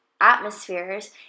atmospheres